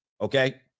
Okay